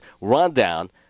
rundown